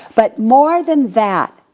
but more than that,